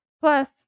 Plus